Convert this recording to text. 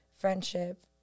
friendship